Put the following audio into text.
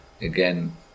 again